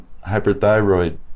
hyperthyroid